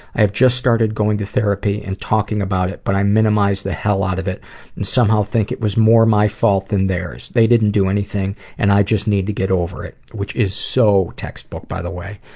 i've just started going to therapy and talking about it but i minimize the hell out of it and somehow think it was more my fault than theirs. they didn't do anything and i just need to get over it. which is so textbook by the way.